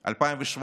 2017,